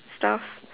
stuff